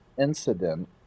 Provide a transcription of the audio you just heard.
incident